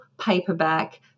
paperback